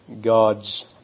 God's